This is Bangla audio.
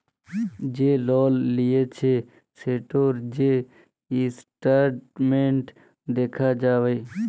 যে লল লিঁয়েছে সেটর যে ইসট্যাটমেল্ট দ্যাখা যায়